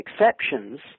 exceptions